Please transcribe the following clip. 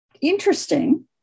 interesting